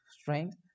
strength